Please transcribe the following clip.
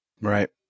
Right